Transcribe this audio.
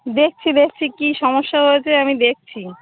দেখছি দেখছি কী সমস্যা হয়েছে আমি দেখছি